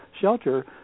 shelter